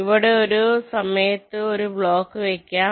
അവിടെ ഒരു സമയത് ഒരു ബ്ലോക്ക് വെക്കാം